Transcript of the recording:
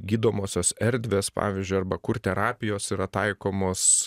gydomosios erdvės pavyzdžiui arba kur terapijos yra taikomos